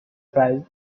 prize